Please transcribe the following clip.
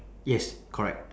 yes correct